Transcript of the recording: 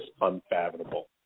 unfathomable